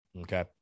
okay